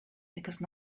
because